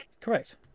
Correct